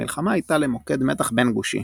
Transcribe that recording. המלחמה הייתה למוקד מתח בין-גושי.